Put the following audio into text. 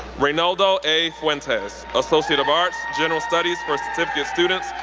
reinaldo a. fuentes, associate of arts, general studies for certificate students,